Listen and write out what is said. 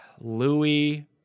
Louis